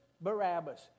Barabbas